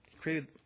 created